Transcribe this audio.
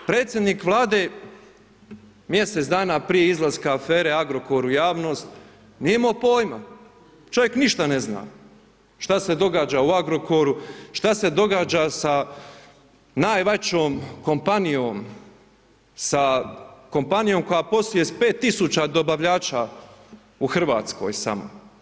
Predsjednik Vlade mjesec dana prije izlaska afere Agrokor u javnost nije imao pojma, čovjek ništa ne zna šta se događa u Agrokoru, šta se događa sa najvećom kompanijom, sa kompanijom koja posluje sa 5000 dobavljača u Hrvatskoj samo.